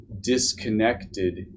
disconnected